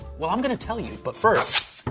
well, i'm gonna tell you. but first,